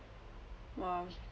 !wow!